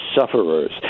sufferers